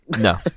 No